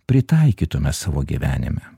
pritaikytume savo gyvenime